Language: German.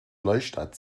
neustadt